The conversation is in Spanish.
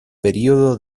periodo